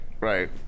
right